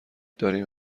داریم